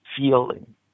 feeling